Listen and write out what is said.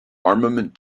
armament